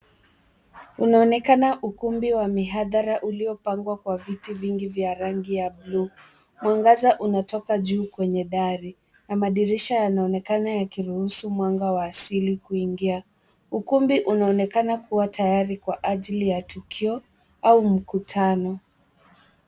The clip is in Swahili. Inaonekana ukumbi wa mihadhara uliopangwa kwa viti vingi vya blue , mwangaza unatoka juu kwenye dari, na madirisha yanaonekana yakiruhusu mwanga wa asili kuingia. Ukumbi unaonekana kuwa tayari kwa ajili ya tukio, au mkutano.